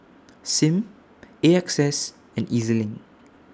SIM A X S and E Z LINK